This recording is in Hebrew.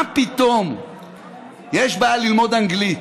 מה פתאום יש בעיה ללמוד אנגלית?